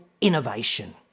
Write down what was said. innovation